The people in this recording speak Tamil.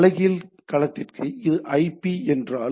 தலைகீழ் களத்திற்கு இது ஐபி என்றால்